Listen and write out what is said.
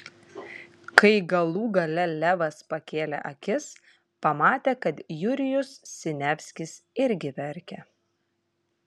kai galų gale levas pakėlė akis pamatė kad jurijus siniavskis irgi verkia